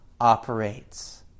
operates